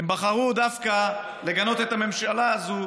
הם בחרו דווקא לגנות את הממשלה הזאת,